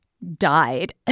Died